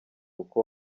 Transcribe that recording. uko